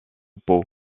pau